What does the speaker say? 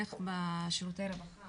איך בשירותי הרווחה